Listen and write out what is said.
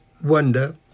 wonder